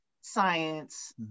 Science